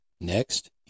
next